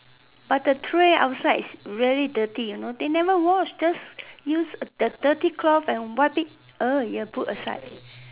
but the tray outside is very dirty you know they never wash just use a dirty cloth and wipe it you know put aside